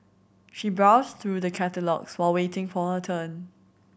she browsed through the catalogues while waiting for her turn